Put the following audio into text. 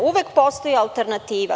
Uvek postoji alternativa.